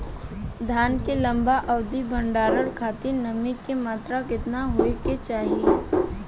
धान के लंबा अवधि क भंडारण खातिर नमी क मात्रा केतना होके के चाही?